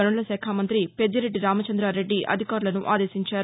గనుల శాఖ మంతి పెద్దిరెడ్డి రామచంద్రారెడ్డి అధికారులలను ఆదేశించారు